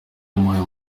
wamuhaye